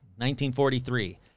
1943